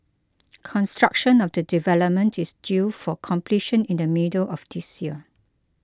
construction of the development is due for completion in the middle of this year